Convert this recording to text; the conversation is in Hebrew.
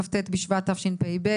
כ"ט בשבט תשפ"ב,